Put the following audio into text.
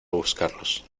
buscarlos